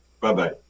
Bye-bye